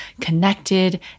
connected